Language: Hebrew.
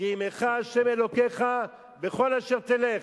כי עמך ה' אלוקיך בכל אשר תלך,